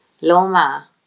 Loma